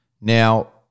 Now